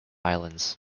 islands